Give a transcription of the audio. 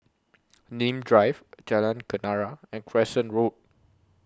Nim Drive Jalan Kenarah and Crescent Road